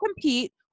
compete